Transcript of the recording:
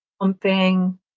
Pumping